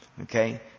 Okay